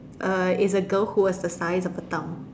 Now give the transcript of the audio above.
uh is a girl who was the size of a thumb